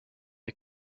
est